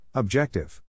Objective